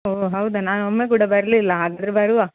ಓ ಹೌದಾ ನಾನು ಒಮ್ಮೆ ಕೂಡ ಬರಲಿಲ್ಲ ಆದರೆ ಬರುವ